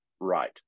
right